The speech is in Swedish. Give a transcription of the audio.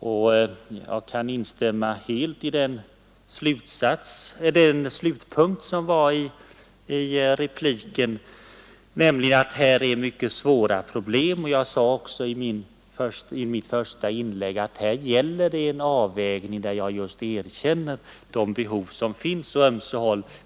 Jag kan även instämma i slutpunkten i socialministerns replik, nämligen att det här finns mycket svåra problem. I mitt första inlägg sade jag också att det gäller att göra en avvägning, där jag erkänner de behov som finns på ömse håll.